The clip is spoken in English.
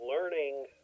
learning